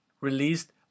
Released